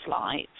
lights